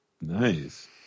nice